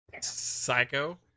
Psycho